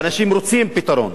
ואנשים רוצים פתרון.